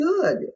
good